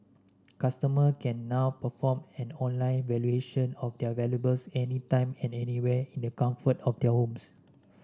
customer can now perform an online valuation of their valuables any time and anywhere in the comfort of their homes